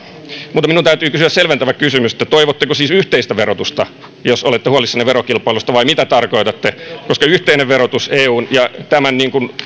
mutta minun täytyy kysyä selventävä kysymys toivotteko siis yhteistä verotusta jos olette huolissanne verokilpailusta vai mitä tarkoitatte yhteinen verotus ja tämän